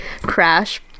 crash